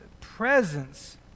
presence